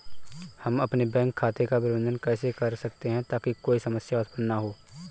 हम अपने बैंक खाते का प्रबंधन कैसे कर सकते हैं ताकि कोई समस्या उत्पन्न न हो?